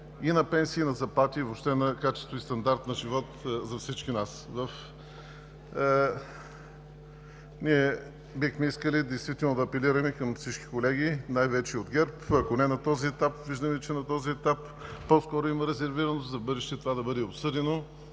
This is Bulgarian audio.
и на пенсии, и на заплати, въобще на качество и стандарт на живот за всички нас. Ние бихме искали действително да апелираме към всички колеги, най-вече от ГЕРБ, ако не на този етап, виждаме, че на този етап по-скоро има резервираност, за в бъдеще това да бъде обсъдено